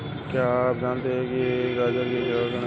क्या आप जानते है गाजर सेवन से रक्त में वृद्धि होती है?